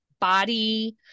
body